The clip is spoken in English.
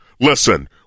Listen